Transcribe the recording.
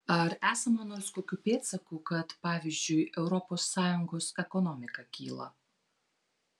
ar esama nors kokių pėdsakų kad pavyzdžiui europos sąjungos ekonomika kyla